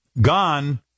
Gone